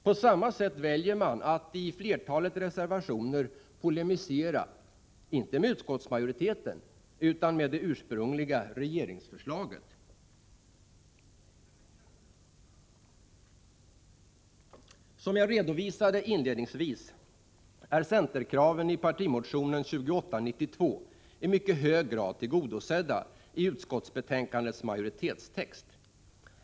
På samma sätt väljer man att i flertalet reservationer polemisera, inte med utskottsmajoriteten, utan med det ursprungliga regeringsförslaget. Som jag redovisade inledningsvis är centerkraven i partimotionen 2892 i mycket hög grad tillgodosedda i utskottsbetänkandets majoritetstext.